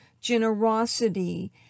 generosity